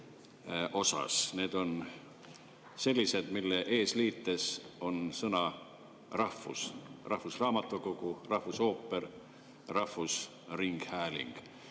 Need on sellised, mille eesliites on sõna "rahvus": rahvusraamatukogu, rahvusooper, rahvusringhääling.